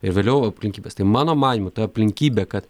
ir vėliau aplinkybės tai mano manymu ta aplinkybė kad